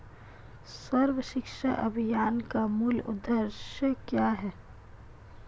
सर्व शिक्षा अभियान का मूल उद्देश्य क्या है?